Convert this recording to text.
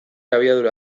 abiadura